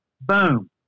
Boom